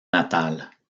natale